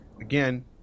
Again